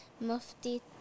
Mufti